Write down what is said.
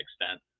extent